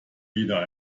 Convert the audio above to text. wieder